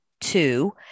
Two